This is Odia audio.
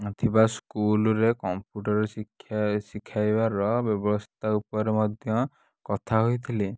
ନଥିବା ସ୍କୁଲରେ କମ୍ପ୍ୟୁଟରରେ ଶିକ୍ଷା ଶିଖାଇବାର ବ୍ୟବସ୍ଥା ଉପରେ ମଧ୍ୟ କଥା ହୋଇଥିଲି